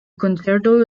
concerto